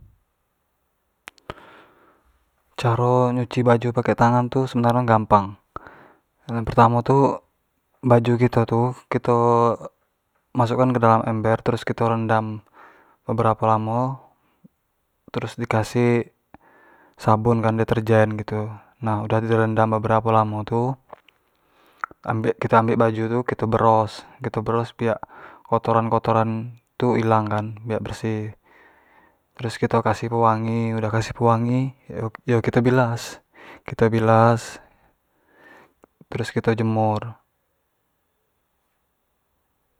Caro nyuci baju pake tangan tu gampang, yang pertamo tu baju kito tu kito masuk kan ke dalam ember terus kito rendam beberapo lamo terus di kasih sabun kan detergen gitu, nah udah di rendam beberapo lamo tu kito ambek baju tu kito bros, kito bros biak kotoran kotoran tu ilang kan, biak bersih trus kito kasih pewangi, udah kasih pewangi yo kito bilas, kito bilas terus kito jemur